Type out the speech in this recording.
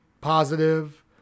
positive